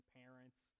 parents